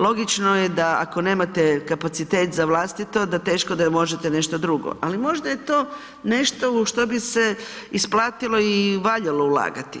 Logično je da ako nemate kapacitet za vlastito da teško da možete nešto drugo ali možda je to nešto u što bi se isplatilo i valjalo ulagati,